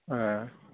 ए